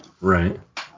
Right